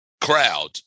crowd